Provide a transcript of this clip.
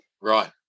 Right